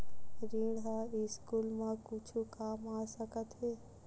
ऋण ह स्कूल मा कुछु काम आ सकत हे?